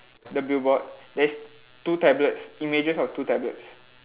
the billboard there's two tablets images of two tablets